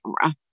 camera